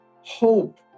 hope